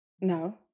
No